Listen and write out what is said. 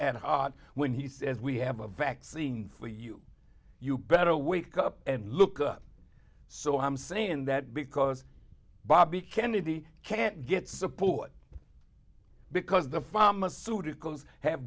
and when he says we have a vaccine for you you better wake up and look up so i'm saying that because bobby kennedy can't get support because the pharmaceuticals have